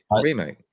Remake